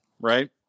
Right